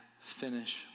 finish